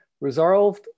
resolved